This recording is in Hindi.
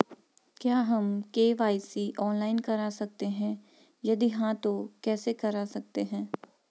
क्या हम के.वाई.सी ऑनलाइन करा सकते हैं यदि हाँ तो कैसे करा सकते हैं?